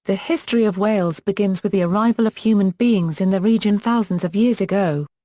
the history of wales begins with the arrival of human beings in the region thousands of years ago.